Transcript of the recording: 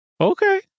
Okay